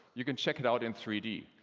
you can check it out in three d.